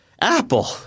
Apple